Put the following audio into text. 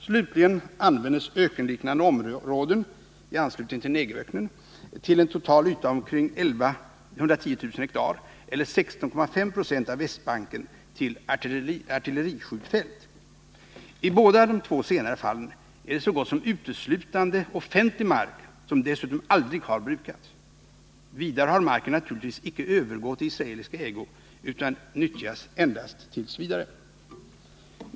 Slutligen användes ökenliknande områden i anslutning till Negevöknen med en total yta av omkring 110 000 hektar eller 16,5 926 av Västbanken till artilleriskjutfält. I båda de två senare fallen är det så gott som uteslutande offentlig mark, som dessutom aldrig har brukats. Vidare har marken naturligtvis icke övergått i israelisk ägo utan nyttjas endast t. v.